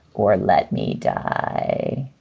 or let me die?